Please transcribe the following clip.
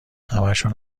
همشو